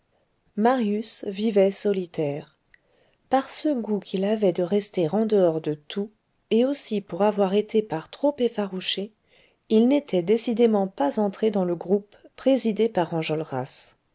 marius vivait solitaire par ce goût qu'il avait de rester en dehors de tout et aussi pour avoir été par trop effarouché il n'était décidément pas entré dans le groupe présidé par enjolras